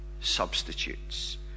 substitutes